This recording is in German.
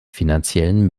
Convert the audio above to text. finanziellen